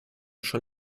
schon